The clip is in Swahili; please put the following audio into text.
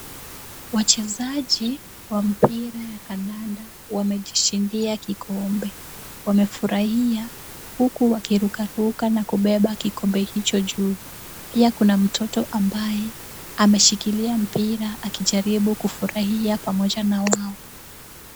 Wachezaji wa mpira wa kadanda wamejishindia kikombe. Wamefurahia huku wakirukaruka na kubeba kikombe hicho juu. Pia kuna mtoto ambaye ameshikilia mpira akijaribu kufurahia na wao.